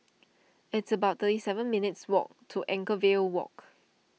it's about thirty seven minutes' walk to Anchorvale Walk